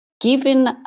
Given